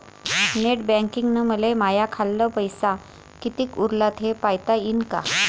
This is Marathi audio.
नेट बँकिंगनं मले माह्या खाल्ल पैसा कितीक उरला थे पायता यीन काय?